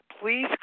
Please